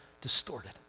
distorted